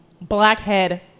Blackhead